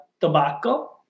Tobacco